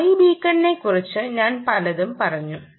iBeacon നെക്കുറിച്ച് ഞാൻ പലതും പറഞ്ഞു